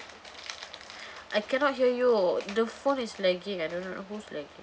I cannot hear you the phone is lagging I don't know who's lagging